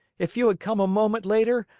if you had come a moment later,